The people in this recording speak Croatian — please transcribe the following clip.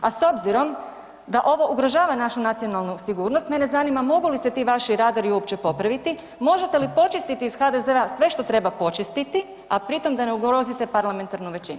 A s obzirom da ovo ugrožava našu nacionalnu sigurnost mene zanima mogu li se ti vaši radari uopće popraviti, možete li počistiti iz HDZ-a sve što treba počistiti, a pritom da ne ugrozite parlamentarnu većinu?